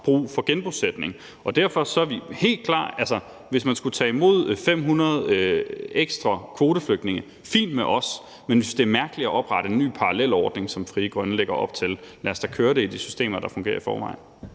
brug for genbosætning. Derfor er det helt klart. Hvis man skulle tage imod 500 ekstra kvoteflygtninge, er det fint med os. Men vi synes, det er mærkeligt at oprette en ny parallelordning, som Frie Grønne lægger op til. Lad os da køre det i de systemer, der fungerer i forvejen.